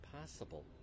possible